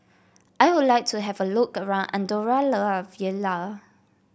I would like to have a look around Andorra La Vella